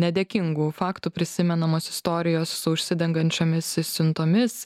nedėkingų faktų prisimenamos istorijos su užsidengančiomis siuntomis